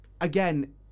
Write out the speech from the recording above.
Again